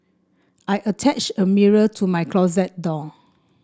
I attached a mirror to my closet door